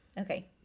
Okay